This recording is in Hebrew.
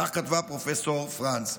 כך כתבה פרופ' פרנז.